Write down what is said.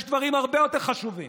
יש דברים הרבה יותר חשובים.